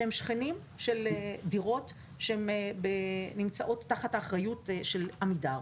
שהם שכנים של דירות שנמצאות תחת האחריות של עמידר.